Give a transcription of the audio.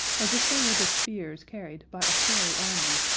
as if they were the spears carried by a fairy army.